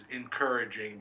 encouraging